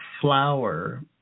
flower